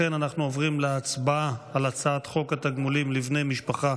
אנחנו עוברים להצבעה על הצעת חוק התגמולים לבני משפחה